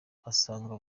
asanga